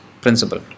principle